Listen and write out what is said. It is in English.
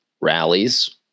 rallies